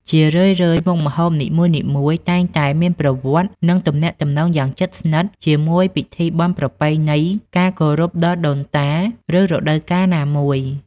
ជារឿយៗ មុខម្ហូបនីមួយៗតែងតែមានប្រវត្តិ និងទំនាក់ទំនងយ៉ាងជិតស្និទ្ធជាមួយពិធីបុណ្យប្រពៃណី ការគោរពដល់ដូនតា ឬរដូវកាលណាមួយ។